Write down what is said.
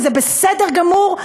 וזה בסדר גמור,